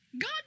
God